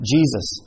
Jesus